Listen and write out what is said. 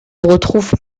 retrouve